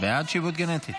בעד שיבוט גנטי?